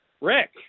Rick